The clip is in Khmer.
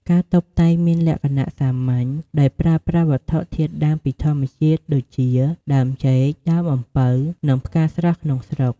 ការតុបតែងមានលក្ខណៈសាមញ្ញ ដោយប្រើប្រាស់វត្ថុធាតុដើមពីធម្មជាតិដូចជា ដើមចេក ដើមអំពៅ និងផ្កាស្រស់ក្នុងស្រុក។